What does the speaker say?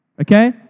Okay